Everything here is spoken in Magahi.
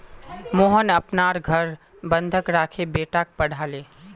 मोहन अपनार घर बंधक राखे बेटाक पढ़ाले